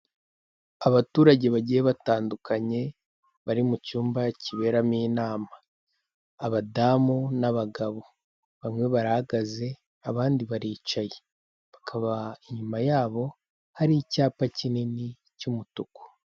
Abaturage bagiye batandukanye bari mu cyumba kiberamo inama, abadamu n'abagabo, bamwe barahagaze abandi baricaye, bakaba inyuma yabo hari icyapa kinini cy'umutuku.